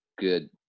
good